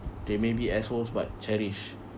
they may be assholes but cherish